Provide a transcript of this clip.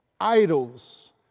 idols